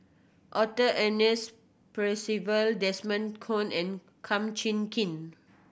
Arthur Ernest Percival Desmond Kon and Kum Chee Kin